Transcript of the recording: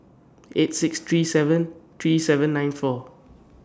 eight six three seven three seven nine four